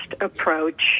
approach